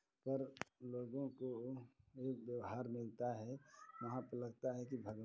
पर लोगों को एक व्यवहार मिलता है वहाँ पर लगता है कि भगवान